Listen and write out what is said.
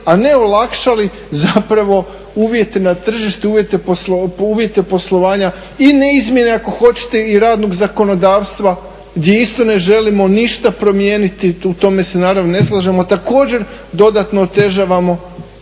a ne olakšali zapravo uvjete na tržištu, uvjete poslovanja i ne izmjene ako hoćete i radnog zakonodavstva gdje isto ne želimo ništa promijeniti. U tome se naravno ne slažemo. Također, dodatno otežavamo